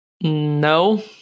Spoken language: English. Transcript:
No